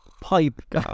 pipe